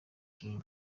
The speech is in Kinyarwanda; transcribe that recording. salaam